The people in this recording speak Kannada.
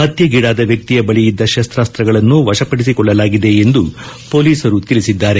ಹತ್ಯೆಗೀಡಾದ ವ್ಯಕ್ತಿಯ ಬಳಿಯಿದ್ದ ಶಸ್ತಾಸ್ತಗಳನ್ನು ವಶಪಡಿಸಿಕೊಳ್ಳಲಾಗಿದೆ ಎಂದು ಪೊಲೀಸರು ತಿಳಿಸಿದ್ದಾರೆ